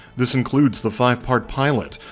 this includes the five part pilot,